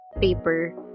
paper